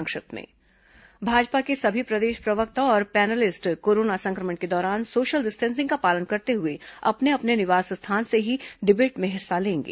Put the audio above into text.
संक्षिप्त समाचार भाजपा के सभी प्रदेश प्रवक्ता और पैनलिस्ट कोरोना संक्रमण के दौरान सोशल डिस्टेंसिंग का पालन करते हुए अपने अपने निवास स्थान से ही डिबेट में हिस्सा लेंगे